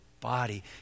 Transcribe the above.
body